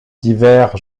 divers